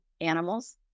animals